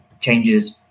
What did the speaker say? changes